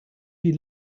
die